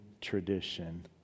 tradition